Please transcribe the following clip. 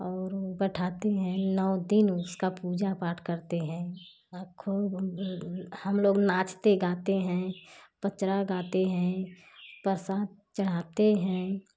और बैठाते हैं नौ दिन उसका पूजा पाठ करते हैं आप को हम लोग नाचते गाते हैं पचरा गाते हैं प्रसाद चढ़ाते हैं